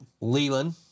Leland